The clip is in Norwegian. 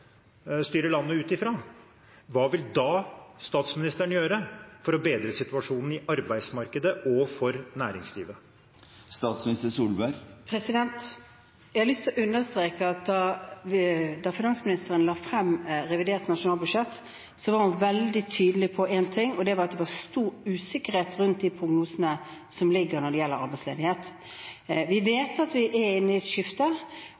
landet ut fra, hva vil da statsministeren gjøre for å bedre situasjonen i arbeidsmarkedet og for næringslivet? Jeg har lyst til å understreke at da finansministeren la frem revidert nasjonalbudsjett, var hun veldig tydelig på én ting, og det var at det var stor usikkerhet rundt de prognosene som foreligger når det gjelder arbeidsledighet. Vi vet at vi er inne i et